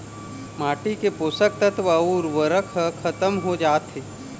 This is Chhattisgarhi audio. माटी के पोसक तत्व अउ उरवरक ह खतम हो जाथे